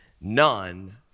None